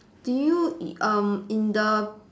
do you i~ um in the